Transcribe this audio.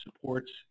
supports